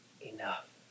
enough